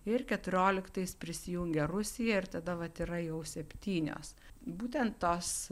ir keturioliktais prisijungė rusija ir tada vat yra jau septynios būtent tos